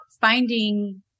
finding